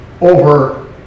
over